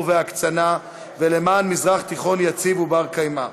וההקצנה ולמען מזרח תיכון יציב ובר-קיימא.